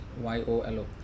Y-O-L-O